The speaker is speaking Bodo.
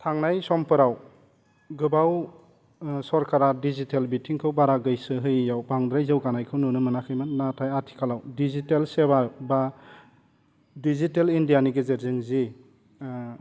थांनाय समफोराव गोबाव ओह सरकारा दिजिटेल बिथिंखौ बारा गोसो होयैआव बांद्राय जौगानायखौ नुनो मोनाखैमोन नाथाय आथिखालाव दिजिटेल सेभा बा दिजिटेल इण्डियानि गेजेरजों जे ओह